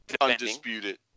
Undisputed